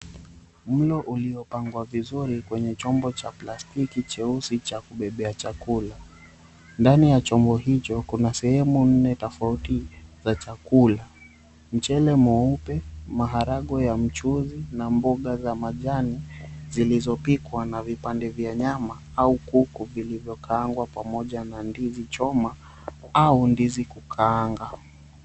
Mlo uliopangwa vizuri kwenye chombo cha plastiki cheusi cha kubebea chakula. Ndani ya chombo hicho kuna sehemu nne tofauti za chakula. Mchele mweupe, maharagwe ya mchuzi na mboga za majani zilizopikwa na vipande vya nyama au kuku vilivyokaangwa pamoja na ndizi choma au ndizi kukaanga.